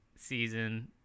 season